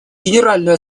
генеральную